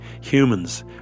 humans